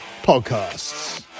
podcasts